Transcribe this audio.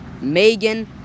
Megan